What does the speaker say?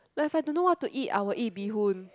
like if I don't know what to eat I will eat bee hoon